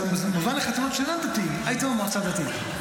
אתה מוזמן לחתונות שאינן דתיות: היית במועצה דתית,